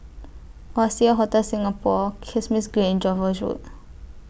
Oasia Hotel Singapore Kismis Green and Jervois Road